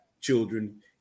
children